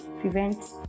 Prevent